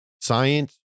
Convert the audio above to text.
science